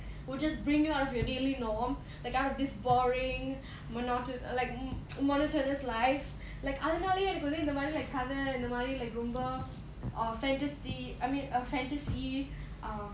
will just bring you out of your daily norm like out of this boring monoto~ err like monotonous life like அதுனாலே எனக்கு வந்து இந்தமாரி:adhunaalaye enakku vandhu indhamaari like கத இந்தமாரி:kadha indhamaari like ரொம்ப:romba err fantasy I mean fantasy um